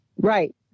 Right